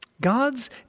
God's